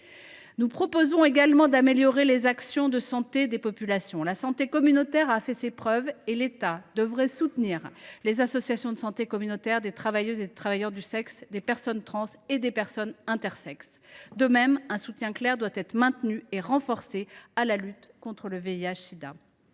Nous proposons également d’améliorer les actions de santé des populations. La santé communautaire a fait ses preuves, et l’État devrait soutenir les associations de santé communautaire des travailleuses et travailleurs du sexe, des personnes trans et des personnes intersexes. De même, il nous semble impératif de maintenir et de renforcer le soutien clair